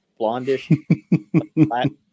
blondish